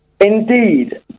Indeed